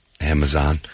Amazon